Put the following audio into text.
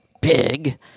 big